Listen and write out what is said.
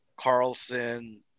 Carlson